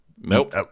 nope